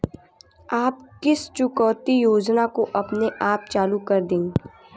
आप किस चुकौती योजना को अपने आप चालू कर देंगे?